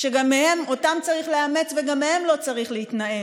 שגם אותם צריך לאמץ וגם מהם לא צריך להתנער: